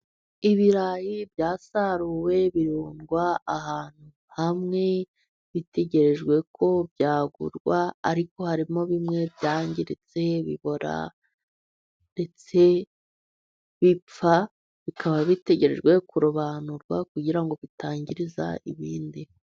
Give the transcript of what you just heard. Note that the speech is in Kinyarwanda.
Ibirayi byasaruwe birundwa ahantu hamwe, bitegerejwe ko byagurwa, ariko harimo bimwe byangiritse, bibora, bipfa, bikaba bitegerejwe kurobanurwa, kugira ngo bitangiriza ibindi.